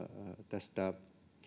näistä